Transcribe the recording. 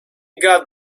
got